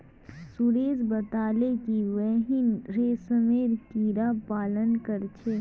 सुरेश बताले कि वहेइं रेशमेर कीड़ा पालन कर छे